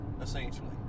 essentially